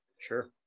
Sure